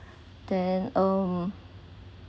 then um